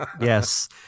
Yes